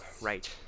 right